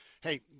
Hey